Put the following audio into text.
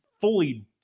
fully